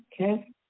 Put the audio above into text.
okay